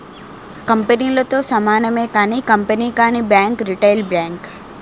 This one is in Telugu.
కంపెనీలతో సమానమే కానీ కంపెనీ కానీ బ్యాంక్ రిటైల్ బ్యాంక్